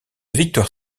victoire